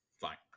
Fine